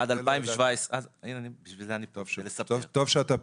עד 2017. טוב שאתה פה.